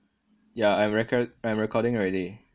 yah I'm record~ I'm recording already